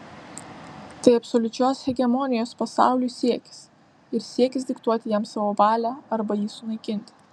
tai absoliučios hegemonijos pasauliui siekis ir siekis diktuoti jam savo valią arba jį sunaikinti